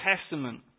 Testament